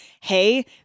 Hey